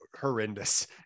horrendous